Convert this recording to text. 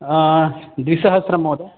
द्विसहस्रं महोदय